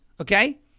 Okay